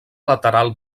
lateral